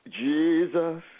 Jesus